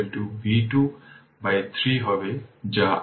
04 জুল ছিল তাই 0256 04 100 যা 64 শতাংশ